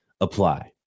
apply